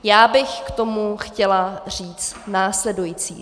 Já bych k tomu chtěla říct následující.